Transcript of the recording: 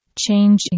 changing